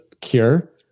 cure